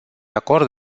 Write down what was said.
acord